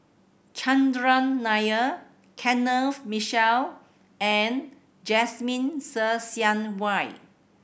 Chandran Nair Kenneth Mitchell and Jasmine Ser Xiang Wei